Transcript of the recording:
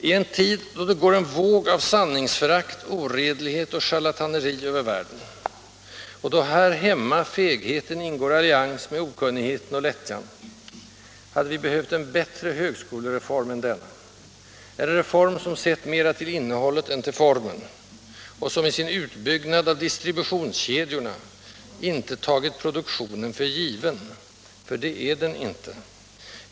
I en tid då det går en våg av sanningsförakt, oredlighet och charlataneri över världen, och då här hemma fegheten ingår allians med okunnigheten och lättjan, hade vi behövt en bättre högskolereform än denna, en reform som sett mera till innehållet än till formen och som i sin utbyggnad av distributionskedjorna inte tagit produktionen för given — för det är den inte!